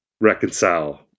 reconcile